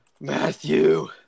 Matthew